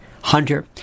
Hunter